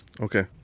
Okay